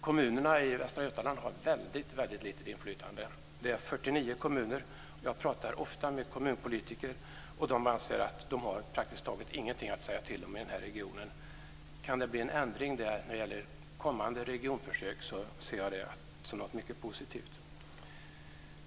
Kommunerna i Västra Götaland har väldigt litet inflytande. Det är 49 kommuner. Jag talar ofta med kommunpolitiker, och de anser att de praktiskt taget inte har någonting att säga till om i den här regionen. Kan det bli en ändring när det gäller kommande regionförsök, ser jag det som något mycket positivt.